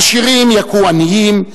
עשירים יכו עניים,